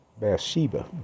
Bathsheba